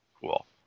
cool